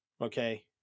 Okay